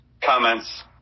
comments